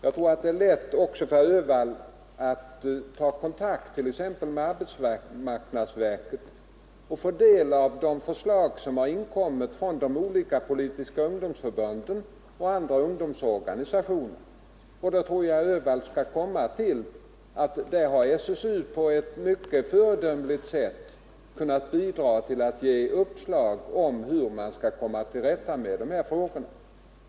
Herr Öhvall kan ju ta kontakt med arbetsmarknadsverket och få del av de förslag som har inkommit från de olika politiska ungdomsförbunden och andra ungdomsorganisationer. Då tror jag att herr Öhvall skall finna att SSU på ett mycket föredömligt sätt bidragit till att ge uppslag om hur man skall komma till rätta med situationen.